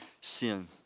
sin